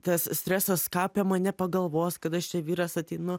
tas stresas ką apie mane pagalvos kad aš čia vyras ateinu